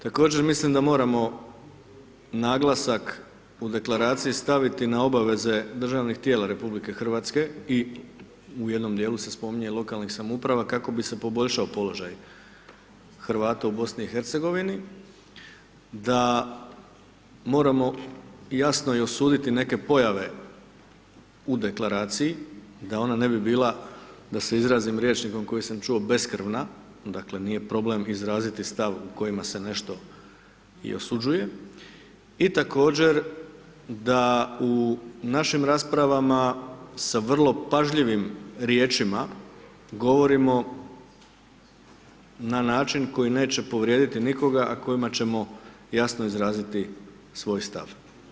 Također, mislim da moramo naglasak u deklaraciji staviti na obaveze državnih tijela RH i u jednom dijelu se spominje lokalnih samouprava kako bi se poboljšao položaj Hrvata u BiH, da moramo jasno i osuditi neke pojave u deklaraciji da ona ne bi bila, da se izrazim rječnikom koji čuo beskrvna, dakle nije problem izraziti stav u kojima se nešto i osuđuje i također da u našim raspravama sa vrlo pažljivim riječima govorimo na način koji neće povrijedi nikoga, a kojima ćemo jasno izraziti svoj stav.